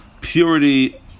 purity